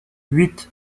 huit